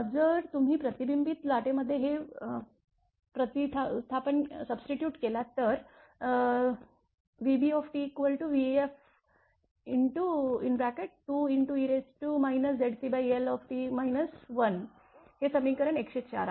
जर तुम्ही प्रतिबिंबित लाटेमध्ये हे प्रतिथापण केलात तर vbtvf2e ZcLt 1 हे समीकरण 104 आहे